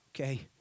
Okay